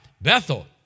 Bethel